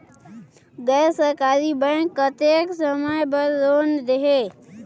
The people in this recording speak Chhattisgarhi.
गैर सरकारी बैंक कतेक समय बर लोन देहेल?